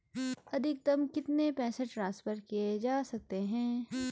अधिकतम कितने पैसे ट्रांसफर किये जा सकते हैं?